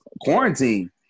quarantine